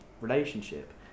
relationship